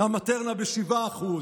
המטרנה ב-7%,